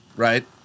Right